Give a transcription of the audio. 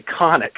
iconic